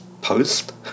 post